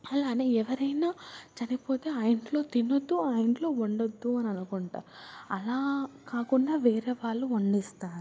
అలానే ఎవరైనా చనిపోతే ఆ ఇంట్లో తినొద్దు ఆ ఇంట్లో వండద్దు అని అనుకుంటారు అలా కాకుండా వేరేవాళ్ళు వండిస్తారు